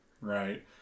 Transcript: right